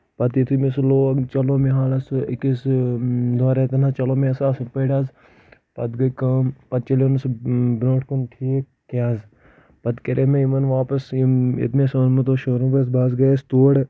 پتہٕ یُتھے مےٚ سُہ لوگ چلو سُہ أکِس دۄن ریتن حظ چلو مےٚ سُہ آصٕل پٲٹھۍ حظ پتہٕ گٔے کٲم چلیو نہٕ بروٛٹھ کُن ٹھیک کینٛہہ حظ پتہٕ کرے مےٚ یِمن واپس یِم یتہِ مےٚ سُہ اوٚنمُت اوس شوروٗمس پٮ۪ٹھ بہٕ حظ گٔیوس تور